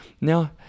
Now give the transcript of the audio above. Now